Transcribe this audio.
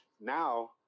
now